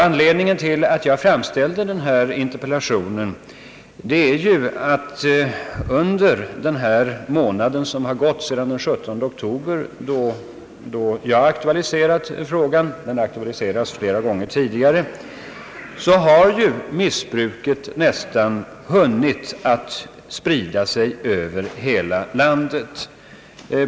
Anledningen till att jag framställde interpellationen är att under den månad som har gått sedan den 17 oktober då jag aktualiserade frågan — den har aktualiserats flera gånger tidigare — har missbruket nästan hunnit att sprida sig över hela landet.